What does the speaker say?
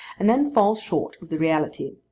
and then fall short of the reality.